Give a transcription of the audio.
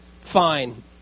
fine